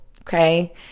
okay